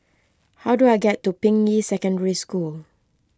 how do I get to Ping Yi Secondary School